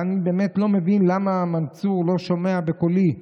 אבל אני באמת לא מבין למה מנסור לא שומע בקולי.